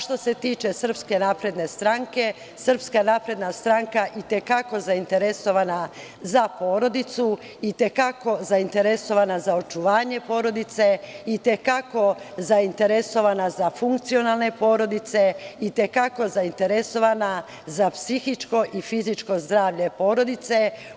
Što se tiče SNS, SNS itekako je zainteresovana za porodicu, itekako je zainteresovana za očuvanje porodice, itekako je zainteresovana za funkcionalne porodice, itekako je zainteresovana za psihičko i fizičko zdravlje porodice.